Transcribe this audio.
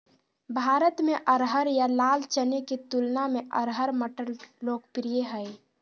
भारत में अरहर या लाल चने के तुलना में अरहर मटर लोकप्रिय हइ